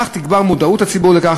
על כן מוצע שהחוק יחול על